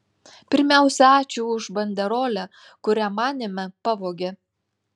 pirmiausia ačiū už banderolę kurią manėme pavogė